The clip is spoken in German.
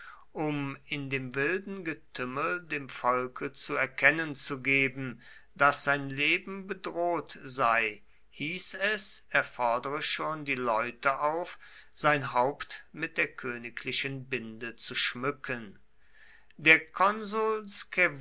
um in dem wilden getümmel dem volke zu erkennen zu geben daß sein leben bedroht sei hieß es er fordere schon die leute auf sein haupt mit der königlichen binde zu schmücken der konsul